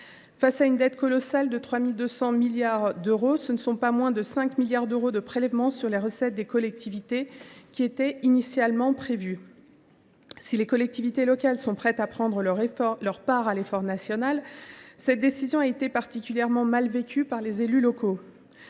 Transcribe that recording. Face à une dette colossale de 3 200 milliards d’euros, ce ne sont pas moins de 5 milliards d’euros de prélèvement sur les recettes des collectivités qui étaient initialement prévus. Si les collectivités locales sont prêtes à prendre leur part de l’effort national, cette décision a été particulièrement mal vécue par les élus locaux.